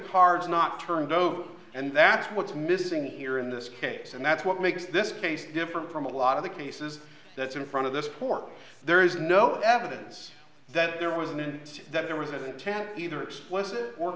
cards not turned over and that's what's missing here in this case and that's what makes this case different from a lot of the cases that's in front of this pore there is no evidence that there was and that there was an attack either explicit or